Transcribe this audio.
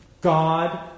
God